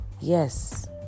Yes